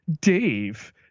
Dave